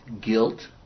guilt